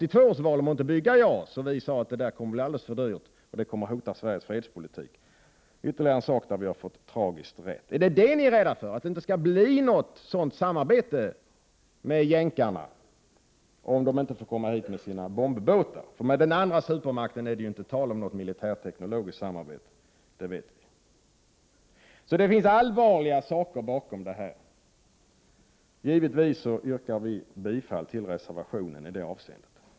Vi sade då att JAS-projektet kommer att bli alldeles för dyrt och att det kommer att hota Sveriges fredspolitik. Tragiskt nog har vi fått rätt även i fråga om detta. Är ni rädda för att det inte skall bli något samarbete med amerikanerna om de inte får komma hit med sina bombbåtar? När det gäller den andra supermakten är det ju inte tal om något militärteknologiskt samarbete, det vet vi. Det ligger alltså allvarliga orsaker bakom detta. Givetvis yrkar vi bifall till reservationen i det här avseendet.